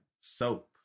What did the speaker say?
soap